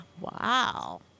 Wow